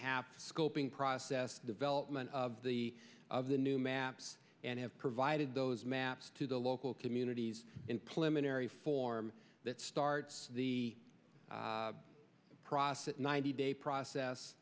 half scoping process development of the of the new maps and have provided those maps to the local communities in plymouth very form that starts the process ninety day process